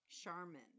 Charmin